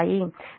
కాబట్టి ఇది j0